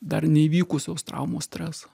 dar neįvykusios traumos stresą